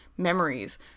Memories